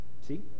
See